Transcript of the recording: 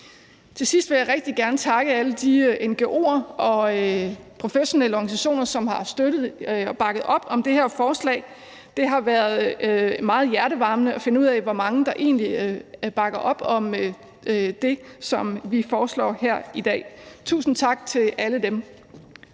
Til sidst vil jeg rigtig gerne takke alle de ngo'er og professionelle organisationer, som har støttet og bakket op om det her forslag. Det har været meget hjertevarmende at finde ud af, hvor mange der egentlig bakker op om det, som vi foreslår her i dag. Tusind tak til alle dem.